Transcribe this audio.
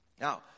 Now